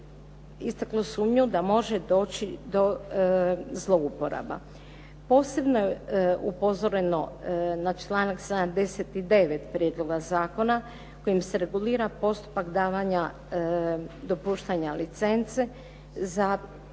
istaklo sumnju da može doći do zlouporaba. Posebno je upozoreno na članak 79. prijedloga zakona kojim se regulira postupak davanja, dopuštanja licence za